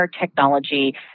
technology